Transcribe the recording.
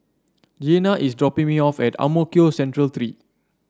Giana is dropping me off at Ang Mo Kio Central Three